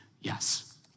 yes